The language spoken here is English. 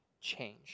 change